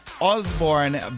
Osborne